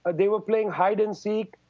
they were playing hide and seek.